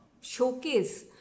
showcase